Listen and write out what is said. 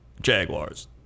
Jaguars